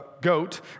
goat